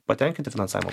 patenkinti finansavimo